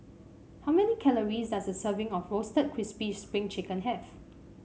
how many calories does a serving of Roasted Crispy Spring Chicken have